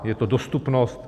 Je to dostupnost?